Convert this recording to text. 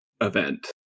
event